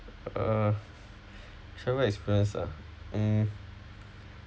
uh travel experience ah mm